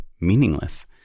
meaningless